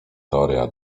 teoria